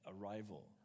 arrival